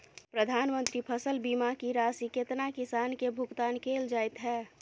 प्रधानमंत्री फसल बीमा की राशि केतना किसान केँ भुगतान केल जाइत है?